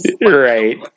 Right